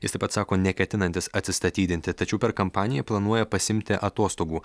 jis taip pat sako neketinantis atsistatydinti tačiau per kampaniją planuoja pasiimti atostogų